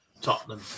Tottenham